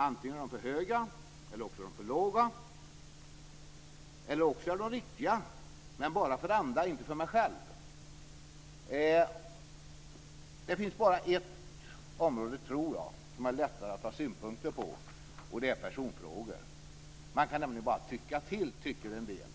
Antingen är de för höga eller för låga, eller också är de riktiga men bara för andra och inte för mig själv. Jag tror att det bara finns ett område som det är lättare att ha synpunkter på, och det är personfrågor. Man kan nämligen bara tycka till, anser en del.